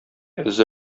эзе